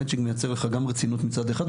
המצ'ינג מייצר לך גם רצינות מצד אחד,